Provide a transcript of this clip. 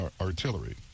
artillery